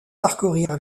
parcourir